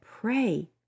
pray